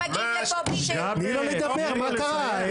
תני לו לדבר, מה קרה?